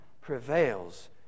prevails